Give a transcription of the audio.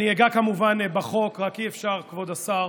אני אגע כמובן בחוק, רק אי-אפשר, כבוד השר,